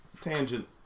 Tangent